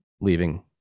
leaving